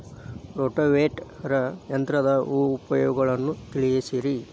rotavator ಯಂತ್ರದ ಉಪಯೋಗಗಳನ್ನ ತಿಳಿಸಿರಿ